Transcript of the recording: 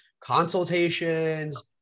consultations